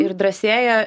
ir drąsėja